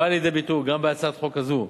הבאה לידי ביטוי גם בהצעת חוק הזאת.